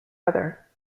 other